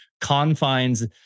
confines